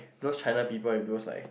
those China people and those like